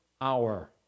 hour